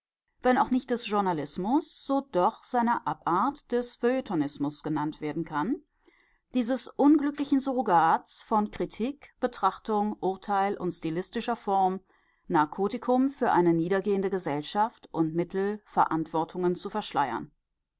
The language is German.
wenn auch nicht des journalismus so doch seiner abart des feuilletonismus genannt werden kann dieses unglücklichen surrogats von kritik betrachtung urteil und stilistischer form narkotikum für eine niedergehende gesellschaft und mittel verantwortungen zu verschleiern